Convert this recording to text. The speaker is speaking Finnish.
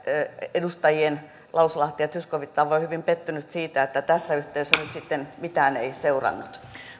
edustajien lauslahti ja zyskowicz tavoin hyvin pettynyt siitä että tässä yhteydessä nyt sitten mitään ei seurannut